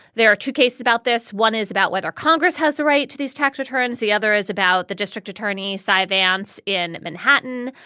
there are two cases about this. one is about whether congress has the right to these tax returns. the other is about the district attorney, cy vance, in manhattan.